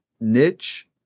niche